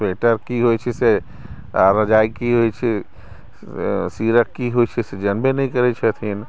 sweater की होइत छै से आ रजाइ की होइत छै सीरक की होइत छै से जानबै नहि करैत छथिन